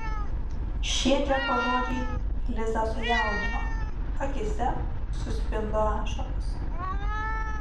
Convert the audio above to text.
šie džeko žodžiai lizą sujaudino akyse suspindo ašaros